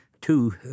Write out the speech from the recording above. two